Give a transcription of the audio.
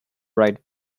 right